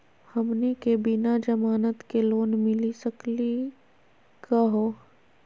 हमनी के बिना जमानत के लोन मिली सकली क हो?